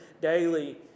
daily